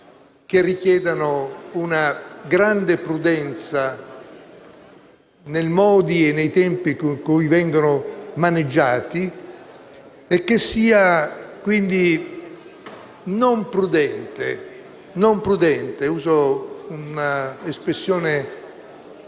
che richiedano una grande prudenza nei modi e nei tempi con cui vengono maneggiati e che sia, quindi, non prudente - uso un'espressione